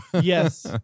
Yes